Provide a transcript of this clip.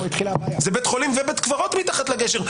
זה בית חולים ובית קברות מתחת לגשר,